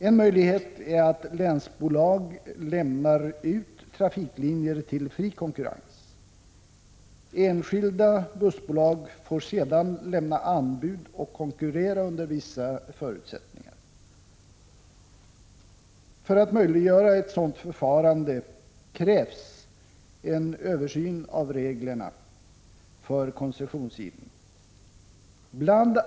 En möjlighet är att länsbolag lämnar ut trafiklinjer till fri konkurrens. Enskilda bussbolag får sedan lämna anbud och konkurrera under vissa förutsättningar. För att möjliggöra ett sådant förfarande krävs en översyn av reglerna för koncessionsgivning. Bl.